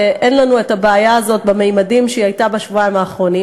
ואין לנו בעיה כזאת בממדים שהיו בשבועיים האחרונים.